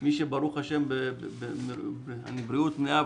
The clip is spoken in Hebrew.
מי שברוך השם בבריאות מלאה,